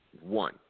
one